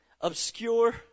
obscure